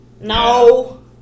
No